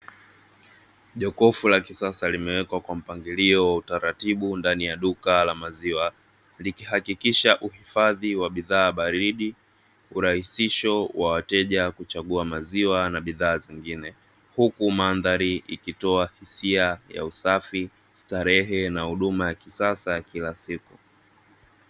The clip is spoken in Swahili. Jokofu la kisasa limewekwa kwa mpangilio wa utaratibu ndani ya duka la maziwa, likihakikisha uhifadhi wa bidhaa wa baridi urahisisho wa wateja kuchagua maziwa na bidhaa nyingine huku mandhari ikitoa hisia ya usafi starehe na huduma ya kisasa kila siku.